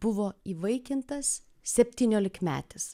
buvo įvaikintas septyniolikmetis